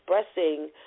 expressing